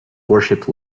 worshipped